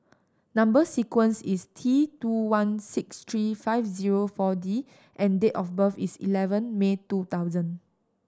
number sequence is T two one six three five zero Four D and date of birth is eleven May two thousand